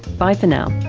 bye for now